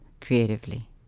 creatively